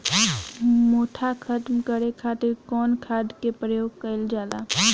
मोथा खत्म करे खातीर कउन खाद के प्रयोग कइल जाला?